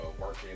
working